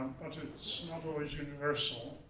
but it's not always universal.